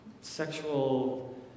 sexual